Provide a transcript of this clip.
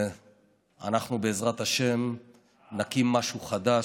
ואנחנו בעזרת השם נקים משהו חדש,